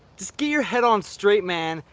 just get your head on straight man!